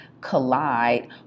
collide